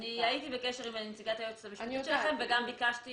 הייתי בקשר עם נציגת היועצת המשפטית שלכם וגם ביקשתי